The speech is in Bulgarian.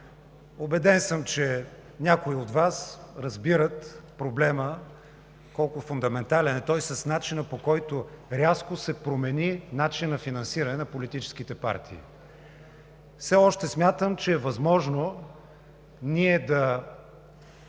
Убеден съм, че някои от Вас разбират колко фундаментален е проблемът с начина, по който рязко се промени финансирането на политическите партии. Все още смятам, че е възможно ние да